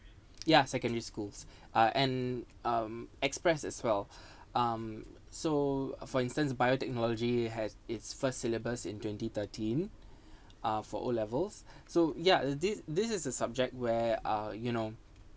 yeah secondary schools uh and um express as well um so for instance biotechnology has its first syllabus in twenty thirteen uh for O levels so yeah this this is a subject where uh you know